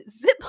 zip